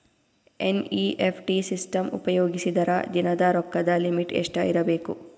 NEFT system ಉಪಯೋಗಿಸಿದರ ದಿನದ ರೊಕ್ಕದ ಲಿಮಿಟ್ ಎಷ್ಟ ಇರಬೇಕು?